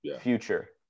Future